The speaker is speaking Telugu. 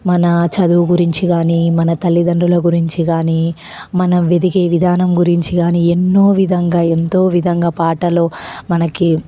మన చదువు గురించి కానీ మన తల్లిదండ్రుల గురించి కానీ మనము ఎదిగే విధానం గురించి కానీ ఎన్నో విధంగా ఎంతో విధంగా పాటలు మనకి